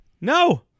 No